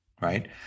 Right